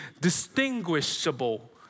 distinguishable